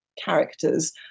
characters